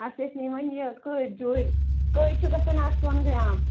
اسہِ ٲسۍ نِنۍ وۄنۍ یہِ کٔرۍ جوٗرۍ کٔہے چھِ گژھان آز سوٚن گرام